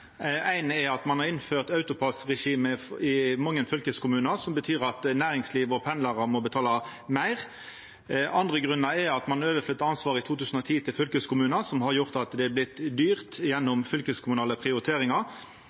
Ein er at ein har innført AutoPASS-regime i mange fylkeskommunar, som betyr at næringslivet og pendlarar må betala meir. Ein annan grunn er at ein i 2010 overførte ansvaret til fylkeskommunane, som har gjort at det har vorte dyrt gjennom fylkeskommunale prioriteringar.